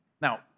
Now